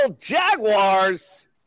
Jaguars